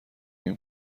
این